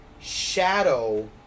shadow